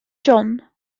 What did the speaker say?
john